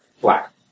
Black